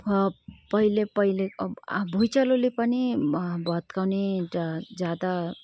पहिले पहिले अब भुइँचालोले पनि भत्काउने ज्यादा